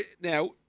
now